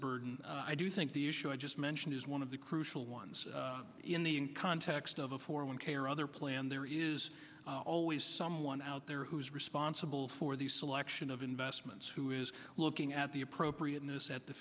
burden i do think the issue i just mentioned is one of the crucial ones in the context of a four one k or other plan there is always someone out there who is responsible for the selection of investments who is looking at the appropriateness at the